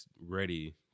ready